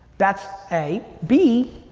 that's a. b,